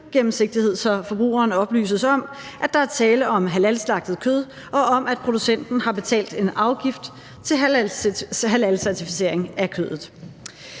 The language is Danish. gennemsigtighed, så forbrugeren oplyses om, at der er tale om halalslagtet kød, og om, at producenterne har betalt en afgift til halalcertificering af kødet.